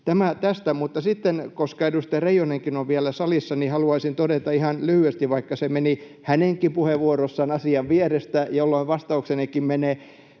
Tämä tästä. Sitten, koska edustaja Reijonenkin on vielä salissa, haluaisin todeta ihan lyhyesti, vaikka se meni hänenkin puheenvuorossaan asian vierestä, jolloin vastauksenikin menee: